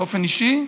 באופן אישי,